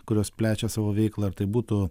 kurios plečia savo veiklą ar tai būtų